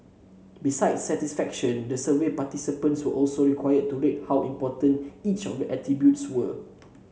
besides satisfaction the survey participants were also required to rate how important each of the attributes were